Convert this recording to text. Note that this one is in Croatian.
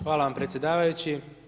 Hvala vam predsjedavajući.